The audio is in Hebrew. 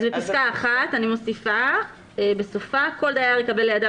אז בפסקה 1 אני מוסיפה בסופה: כל דייר יקבל לידיו